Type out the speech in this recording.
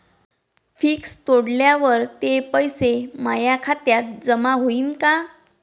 Fix तोडल्यावर ते पैसे माया खात्यात जमा होईनं का?